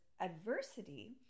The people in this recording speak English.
adversity